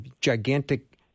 gigantic